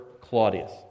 Claudius